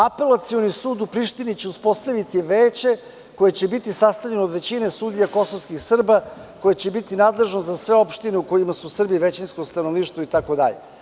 Apelacioni sud u Prištini će uspostaviti veće koje će biti sastavljeno od većine sudija kosovskih Srba koje će biti nadležno za sve opštine u kojima su Srbi većinsko stanovništvo itd.